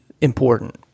important